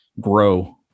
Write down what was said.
grow